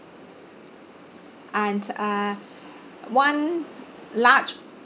and uh one large